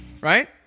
Right